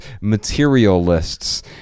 materialists